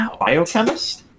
biochemist